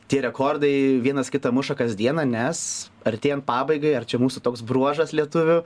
tie rekordai vienas kitą muša kas dieną nes artėjant pabaigai ar čia mūsų toks bruožas lietuvių